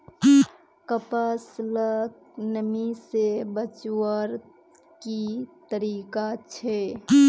कपास लाक नमी से बचवार की तरीका छे?